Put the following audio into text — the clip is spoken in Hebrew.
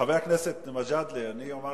חבר הכנסת מג'אדלה, אני אמרתי,